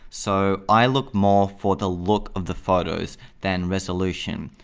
so i look more for the look of the photos than resolution.